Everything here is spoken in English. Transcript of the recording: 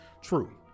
true